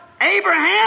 Abraham